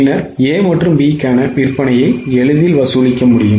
பின்னர் A மற்றும் B க்கான விற்பனையை எளிதில் வசூலிக்க முடியும்